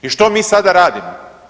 I što mi sada radimo?